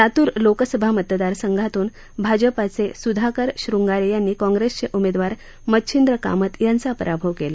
लातूर लोकसभा मतदारसंघातून भाजपचे स्धाकर श्रंगारे यांनी काँग्रेसचे उमेदवार मच्छिंद्र कामंत यांचा पराभव केला